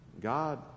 God